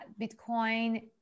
Bitcoin